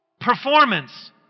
Performance